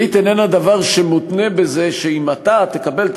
ברית איננה דבר שמותנה בזה שאם אתה תקבל את